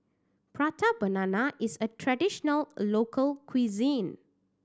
Prata Banana is a traditional local cuisine